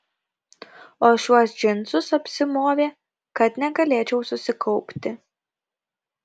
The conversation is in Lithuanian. o šiuos džinsus apsimovė kad negalėčiau susikaupti